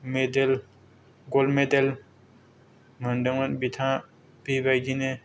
मेदेल गल मेदेल मोनदोंमोन बिथाङआ बेबायदिनो